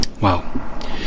Wow